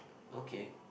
okay